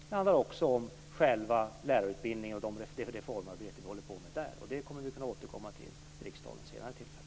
Det handlar också om själva lärarutbildningen och det reformarbete vi håller på med där, och det kommer vi att kunna återkomma till i riksdagen vid ett senare tillfälle.